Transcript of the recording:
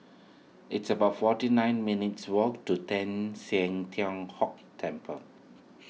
it's about forty nine minutes' walk to Teng San Tian Hock Temple